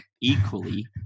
equally